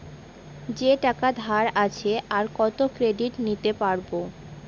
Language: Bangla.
যে টাকা ধার আছে, আর কত ক্রেডিট নিতে পারবো?